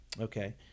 okay